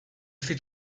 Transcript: fait